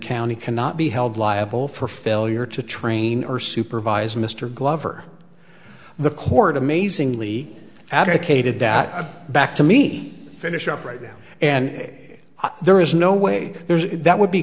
county cannot be held liable for failure to train or supervise mr glover the court amazingly advocated that back to me finish up right now and there is no way there's that would be